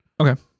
Okay